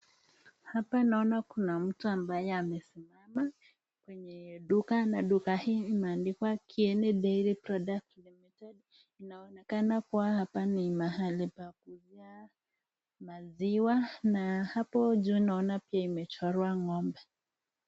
Hapa naona kuna mtu ambaye amesimama kwenye duka na duka hii imeandikwa Kieni Dairy Products LTD. Inaonekana kuwa hapa ni mahali pa kuuzia maziwa na hapo juu naona pia imechorwa ng'ombe.